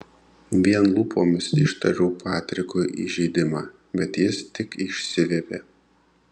vien lūpomis ištariau patrikui įžeidimą bet jis tik išsiviepė